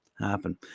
happen